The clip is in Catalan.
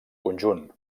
conjunt